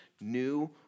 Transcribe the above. new